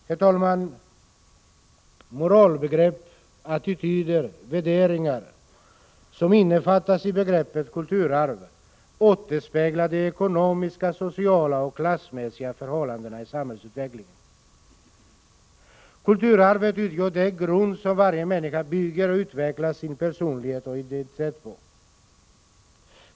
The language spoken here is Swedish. Herr talman! Moralbegrepp, attityder och värderingar som innefattas i begreppet kulturarv återspeglar de ekonomiska, sociala och klassmässiga förhållandena i samhällsutvecklingen. Kulturarvet utgör den grund som varje människa bygger och utvecklar sin personlighet och identitet på.